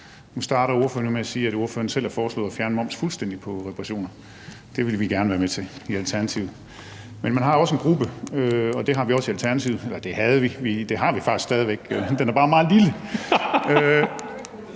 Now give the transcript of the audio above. Nu starter ordføreren jo med at sige, at ordføreren selv har foreslået at fjerne moms på reparationer fuldstændig. Det vil vi gerne være med til i Alternativet. Men man har også en gruppe, og det har vi også i Alternativet. Man kan sige, at det havde vi, men det har vi faktisk stadig væk; den er bare meget lille;